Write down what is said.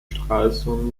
stralsund